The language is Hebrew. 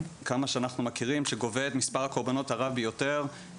כמה שאנחנו מכירים שגובה את מספר הקורבנות הרב ביותר,